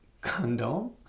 condom